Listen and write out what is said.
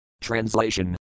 Translation